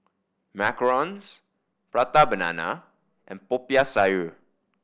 macarons Prata Banana and Popiah Sayur